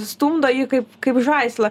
stumdo jį kaip kaip žaislą